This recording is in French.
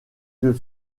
yeux